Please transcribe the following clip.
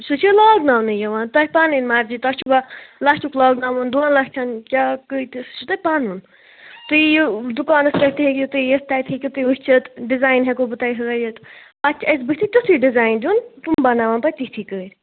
سُہ چھُ لاگٕناونہٕ یِوان تۄہہِ پَنٕنۍ مرضی تۄہہِ چھُوا لَچھُک لاگہٕ ناوُن دۄن لَچھَن کیٛاہ کۭتِس سُہ چھُ تۄہہِ پَنُن تُہۍ یِیو دُکانَس پیٚٹھ تہِ ہیٚکِو تُہۍ یِتھ تَتہِ ہیٚکِو تُہۍ وُچھِتھ ڈِزایِن ہیٚکَو بہٕ تۄہہِ ہایِتھ اَتھ چھِ اَسہِ بُتھِ تِتھُے ڈِزایِن دیُن تِم بناوَن پتہٕ تِتھی کٔرۍ